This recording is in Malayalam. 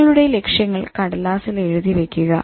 നിങ്ങളുടെ ലക്ഷ്യങ്ങൾ കടലാസ്സിൽ എഴുതി വയ്ക്കുക